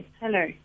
hello